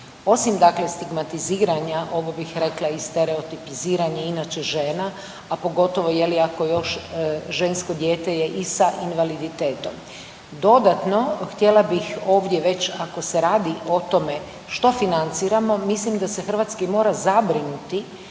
Osim, dakle, stigmatiziranja, ovo bih rekla i stereotipiziranja inače žena, a pogotovo, je li, ako još, žensko dijete je i sa invaliditetom. Dodatno, htjela bih ovdje već ako se radi o tome što financiramo, mislim da se hrvatski mora zabrinuti